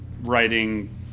writing